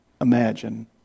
imagine